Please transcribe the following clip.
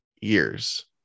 years